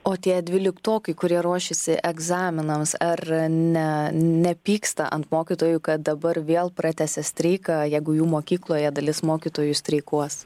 o tie dvyliktokai kurie ruošiasi egzaminams ar ne nepyksta ant mokytojų kad dabar vėl pratęsė streiką jeigu jų mokykloje dalis mokytojų streikuos